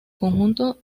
conjunto